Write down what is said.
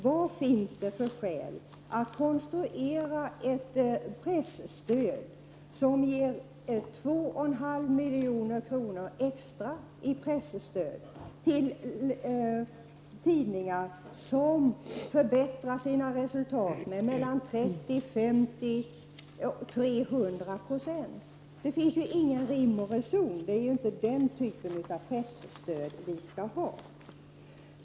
Vad finns det för skäl att konstruera ett presstöd som skall ge 2,5 milj.kr. extra i presstöd till tidningar som förbättrar sina resultat med 30, 50 eller 300 96? Det finns ingen rim och reson i detta. Det är inte den typen av presstöd vi skall ha.